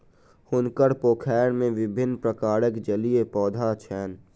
हुनकर पोखैर में विभिन्न प्रकारक जलीय पौधा छैन